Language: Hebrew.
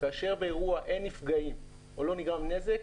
כאשר באירוע אין נפגעים או לא נגרם נזק,